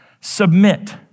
Submit